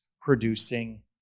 producing